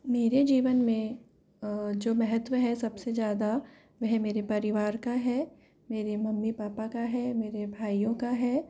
मेरे जीवन में जो महत्व है सबसे ज़्यादा वह मेरे परिवार का है मेरे मम्मी पापा का है मेरे भाइयों का है